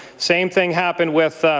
same thing happened with